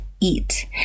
eat